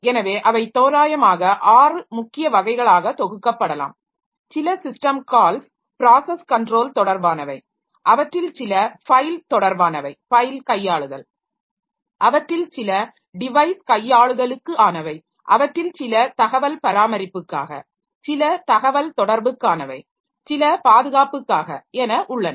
எனவே அவை தோராயமாக ஆறு முக்கிய வகைகளாக தொகுக்கப்படலாம் சில சிஸ்டம் கால்ஸ் ப்ராஸஸ் கண்ட்ரோல் தொடர்பானவை அவற்றில் சில ஃபைல் தொடர்பானவை ஃபைல் கையாளுதல் அவற்றில் சில டிவைஸ் கையாளுதலுக்கானவை அவற்றில் சில தகவல் பராமரிப்புக்காக சில தகவல்தொடர்புக்கானவை சில பாதுகாப்புக்காக என உள்ளன